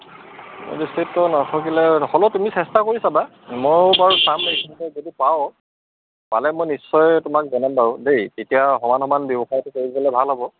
দৃষ্টিততো নাথাকিলে হ'লেও তুমি চেষ্টা কৰি চাবা মইও বাৰু চাম এইখিনিতে যদি পাওঁ পালে মই নিশ্চয় তোমাক জনাম বাৰু দেই তেতিয়া সমান সমান ব্যৱসায়টো কৰিবলৈ ভাল হ'ব